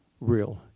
real